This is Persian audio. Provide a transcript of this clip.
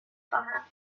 خواهم